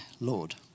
Lord